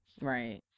Right